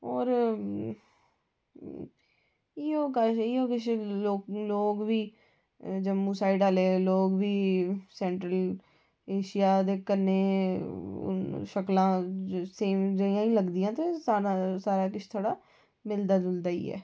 होर इयो किश लोक बी जम्मू साईड आह्ले लोक बी सैंटर एशिया कन्नै शकलां सेम जेईयां गै लगदियां ते सारा किश थोह्ड़ा मिलदा जुलदा ही ऐ